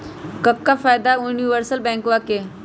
क्का फायदा हई यूनिवर्सल बैंकवा के?